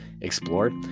explored